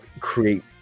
create